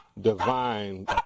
divine